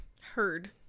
Heard